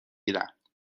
گیرند